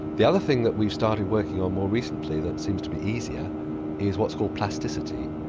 the other thing that we've started working on more recently that seems to be easier is what's called plasticity.